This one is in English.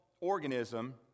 organism